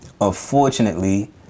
unfortunately